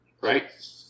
right